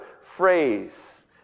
phrase